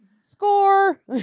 Score